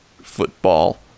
football